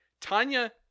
tanya